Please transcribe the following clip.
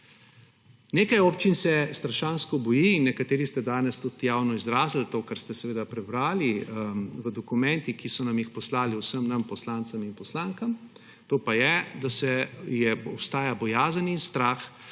Nekaj občin se strašansko boji in nekateri ste danes tudi javno izrazili to, kar ste seveda prebrali v dokumentih, ki so nam jih poslali vsem nam poslancem in poslankam, to pa je, da obstaja bojazen in strah,